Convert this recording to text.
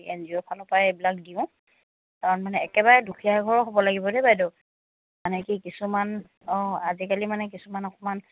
N G O ফালৰপৰাই এইবিলাক দিওঁ কাৰণ মানে একেবাৰে দুখীয়া ঘৰৰ হ'ব লাগিব দেই বাইদেউ মানে কি কিছুমান অঁ আজিকালি মানে কিছুমান অকমান